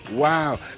Wow